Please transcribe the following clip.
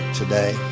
today